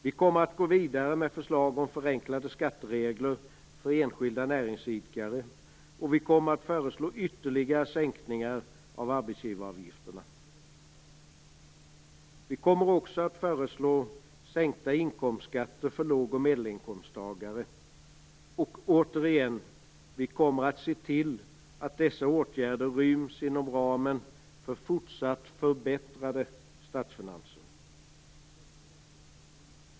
Vi kommer att gå vidare med förslag om förenklade skatteregler för enskilda näringsidkare, och vi kommer att föreslå ytterligare sänkningar av arbetsgivaravgifterna. Vi kommer också att föreslå sänkta inkomstskatter för låg och medelinkomsttagare. Och återigen: Vi kommer att se till att dessa åtgärder ryms inom ramen för fortsatt förbättrade statsfinanser.